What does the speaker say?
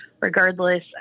regardless